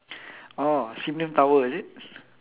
oh sim lim tower is it